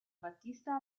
battista